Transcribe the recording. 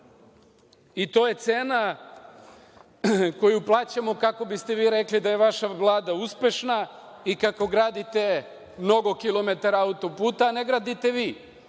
i to je cena koju plaćamo kako biste vi rekli da je vaša Vlada uspešna i kako gradite mnogo kilometara autoputa, a ne gradite vi,